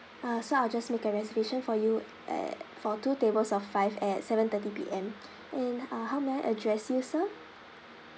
uh so I'll just make a reservation for you at for two tables of five at seven thirty P_M and uh how may I address you sir